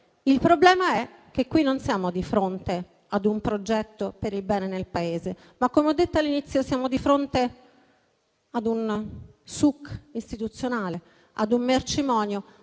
Il problema è che qui non siamo di fronte a un progetto per il bene del Paese, ma, come ho detto all'inizio, siamo di fronte a un *suk* istituzionale, a un mercimonio